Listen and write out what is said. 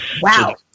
Wow